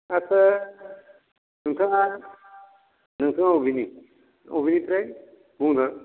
आदसा नोंथाङा नोंथाङा अबेनि अबेनिफ्राय बुंदों